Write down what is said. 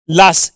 las